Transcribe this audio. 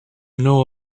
know